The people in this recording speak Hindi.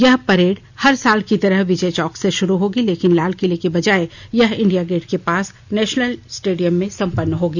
यह परेड हर साल की तरह विजय चौक से शुरू होगी लेकिन लालकिले की बजाए यह इंडिया गेट के पास नेशनल स्टेडियम में सम्पन्न होगी